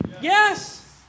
Yes